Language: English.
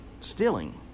stealing